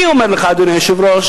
אני אומר לך, אדוני היושב-ראש,